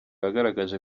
yagaragaje